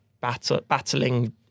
battling